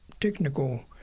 technical